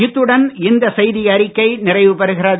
இத்துடன் இந்த செய்தியறிக்கை நிறைவுபெறுகிறது